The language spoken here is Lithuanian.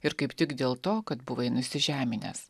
ir kaip tik dėl to kad buvai nusižeminęs